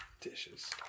Dishes